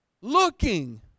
looking